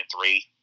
three